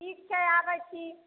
ठीक छै आबै छी